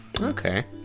Okay